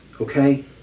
okay